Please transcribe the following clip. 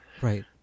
Right